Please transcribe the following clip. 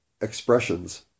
expressions